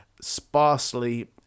sparsely